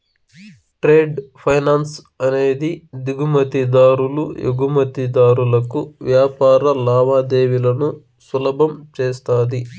trade finance అనేది దిగుమతి దారులు ఎగుమతిదారులకు వ్యాపార లావాదేవీలను సులభం చేస్తది